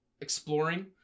exploring